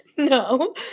No